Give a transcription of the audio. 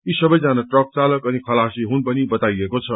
यी सवैजना ट्रक चालक अनि खलासी हुन भनी बताइएको छ